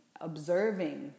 observing